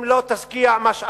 אם היא לא תשקיע משאבים